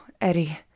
Eddie